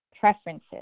preferences